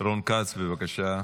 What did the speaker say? רון כץ בבקשה,